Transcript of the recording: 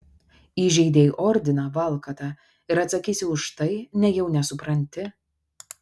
įžeidei ordiną valkata ir atsakysi už tai nejau nesupranti